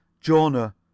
Jonah